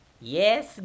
Yes